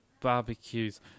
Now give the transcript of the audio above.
barbecues